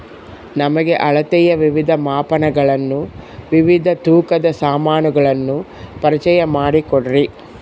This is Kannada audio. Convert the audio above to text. ನಮಗೆ ಅಳತೆಯ ವಿವಿಧ ಮಾಪನಗಳನ್ನು ವಿವಿಧ ತೂಕದ ಸಾಮಾನುಗಳನ್ನು ಪರಿಚಯ ಮಾಡಿಕೊಡ್ರಿ?